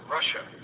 Russia